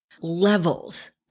levels